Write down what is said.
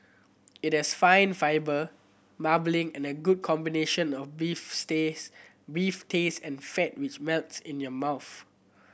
it has fine fibre marbling and a good combination of beef stays beef taste and fat which melts in your mouth